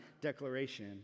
declaration